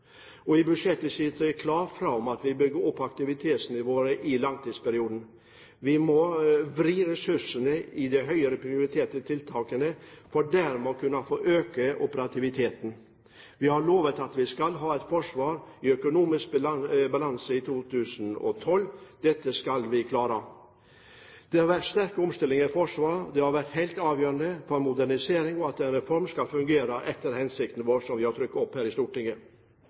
I budsjettet sies det også klart fra om at vi må bygge opp aktivitetsnivåene i langtidsperioden. Vi må vri ressursene til de høyere prioriterte tiltakene for dermed å kunne øke operativiteten. Vi har lovt at vi skal ha et forsvar i økonomisk balanse i 2012. Det skal vi klare. Det har vært sterke omstillinger i Forsvaret. Det har vært helt avgjørende for moderniseringen og for at reformen skal fungere etter hensikten. Så til slutt noen ord om Svalbardbudsjettet som